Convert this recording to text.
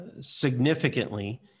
significantly